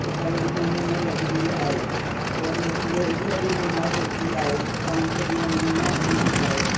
हूअ फरवरी महीने में लॻंदी आहे और उहे एॾी वॾी नुमाइश लॻंदी आहे तव्हां हिकु ॾींहुं में न घुमी सघंदा आहियो